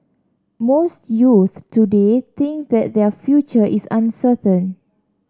most youths today think that their future is uncertain